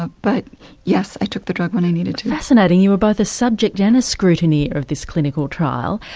ah but yes, i took the drug when i needed to. fascinating, you were both a subject and a scrutineer of this clinical trial.